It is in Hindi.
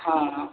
हाँ